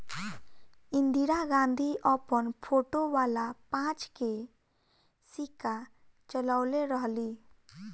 इंदिरा गांधी अपन फोटो वाला पांच के सिक्का चलवले रहली